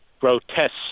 grotesque